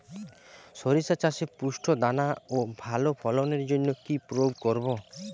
শরিষা চাষে পুষ্ট দানা ও ভালো ফলনের জন্য কি প্রয়োগ করব?